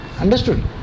Understood